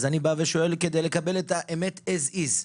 אז אני בא ושואל כדי לקבל את האמת as is,